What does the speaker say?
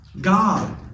God